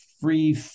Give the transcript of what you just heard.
free